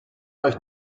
euch